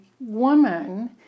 woman